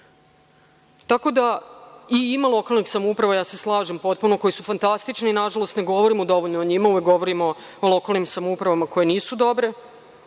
samouprava. Ima lokalnih samouprava, ja se slažem potpuno koje su fantastične, nažalost ne govorimo dovoljno o njima, ne govorimo o lokalnim samoupravama koje nisu dobre